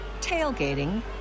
tailgating